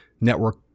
network